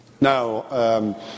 Now